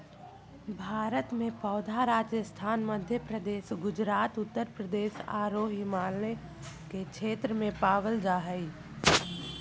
भारत में पौधा राजस्थान, मध्यप्रदेश, गुजरात, उत्तरप्रदेश आरो हिमालय के क्षेत्र में पावल जा हई